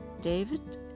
David